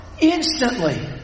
Instantly